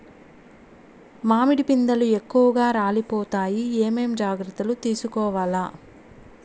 మామిడి పిందెలు ఎక్కువగా రాలిపోతాయి ఏమేం జాగ్రత్తలు తీసుకోవల్ల?